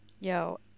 Yo